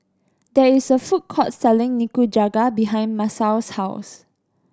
there is a food court selling Nikujaga behind Masao's house